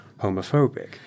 homophobic